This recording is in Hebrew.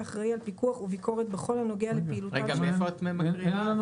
אחראי על פיקוח וביקורת בכל הנוגע לפעילות --- מאיפה את מקריאה?